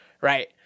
Right